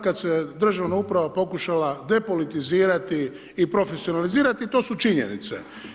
Kada se državna uprava pokušala depolitizirati i profesionalizirati, to su činjenice.